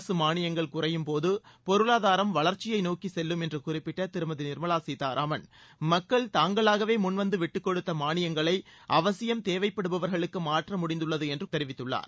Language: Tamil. அரசு மானியங்கள் குறையும்போது பொருளாதாரம் வளர்ச்சியை நோக்கி செல்லும் என்று குறிப்பிட்ட திருமதி நிர்மலா சீதாராமன் மக்கள் தாங்களாகவே முன்வந்து விட்டுக் கொடுத்த மானியங்களை அவசியம் தேவைப்படுபவர்களுக்கு மாற்ற முடிந்துள்ளது என்று தெரிவித்துள்ளார்